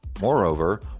Moreover